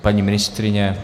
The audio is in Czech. Paní ministryně?